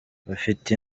bafite